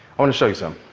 want to show you so um